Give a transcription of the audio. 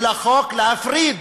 של החוק ולהפריד